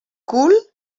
cul